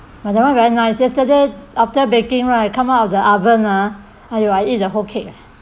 that one very nice yesterday after baking right come out of the oven ah you will eat the whole cake